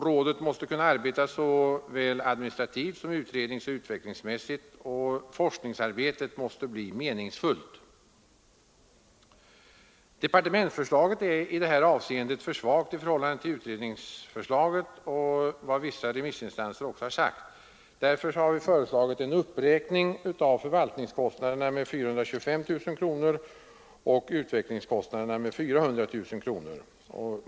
Rådet måste kunna arbeta såväl administrativt som utredningsoch utvecklingsmässigt, och forskningsarbetet måste bli meningsfullt. Departementsförslaget är i detta avseende för svagt i förhållande till utredningsförslaget och till vad vissa remissinstanser sagt. Därför har vi föreslagit en uppräkning av förvaltningskostnaderna med 425 000 kronor och utvecklingskostnaderna med 400 000 kronor.